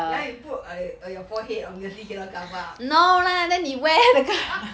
ya you put a a your forehead obviously cannot cover up